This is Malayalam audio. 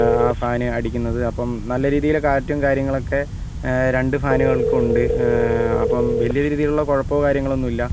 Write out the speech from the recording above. ആ ഫാൻ അടിക്കുന്നത് അപ്പം നല്ല രീതിയിൽ കാറ്റും കാര്യങ്ങളൊക്കെ രണ്ട് ഫാനുകൾക്കും ഉണ്ട് അപ്പം വലിയ രീതിയിലുള്ള കുഴപ്പമോ കാര്യങ്ങളൊന്നും ഇല്ല